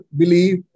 believe